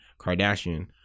Kardashian